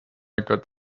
got